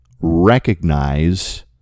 recognize